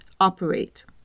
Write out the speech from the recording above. operate